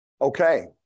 Okay